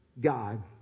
God